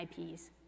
IPs